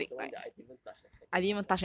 the one that I didn't even touch the second half of